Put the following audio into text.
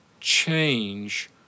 change